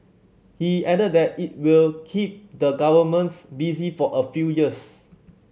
he added that it will keep the governments busy for a few years